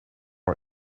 are